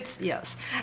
yes